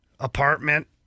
apartment